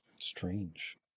Strange